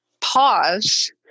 pause